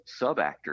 subactors